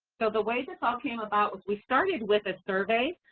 so the way this all came about was we started with a survey